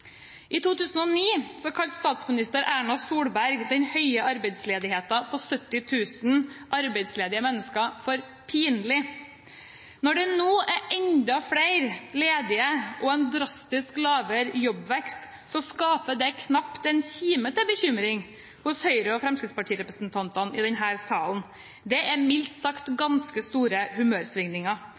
I 2009 kalte statsminister Erna Solberg den høye arbeidsledigheten på 70 000 arbeidsledige mennesker for pinlig. Når det nå er enda flere ledige og en drastisk lavere jobbvekst, skaper det knapt en kime til bekymring hos Høyre- og Fremskrittsparti-representantene i denne salen. Det er mildt sagt ganske store humørsvingninger